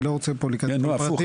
אני בכוונה לא רוצה להיכנס פה לפרטים,